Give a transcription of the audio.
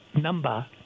number